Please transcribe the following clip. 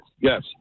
Yes